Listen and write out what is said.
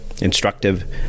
instructive